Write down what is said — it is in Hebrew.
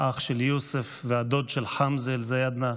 האח של יוסף והדוד של חמזה אלזיאדנה,